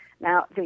Now